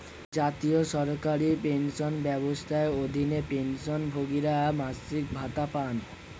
জাতীয় সরকারি পেনশন ব্যবস্থার অধীনে, পেনশনভোগীরা মাসিক ভাতা পান